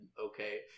okay